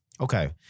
Okay